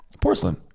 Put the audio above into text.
Porcelain